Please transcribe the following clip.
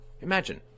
Imagine